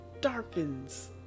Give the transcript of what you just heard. darkens